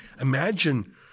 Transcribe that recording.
Imagine